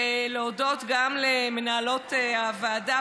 ולהודות גם למנהלות הוועדה,